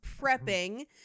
prepping